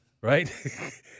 right